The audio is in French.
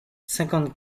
cinquante